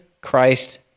Christ